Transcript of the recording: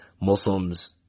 Muslims